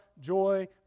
joy